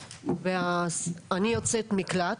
אני יוצאת מקלט,